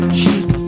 cheap